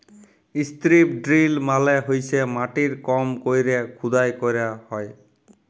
strip drill মালে হইসে মাটির কম কইরে খুদাই ক্যইরা হ্যয়